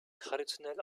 traditionell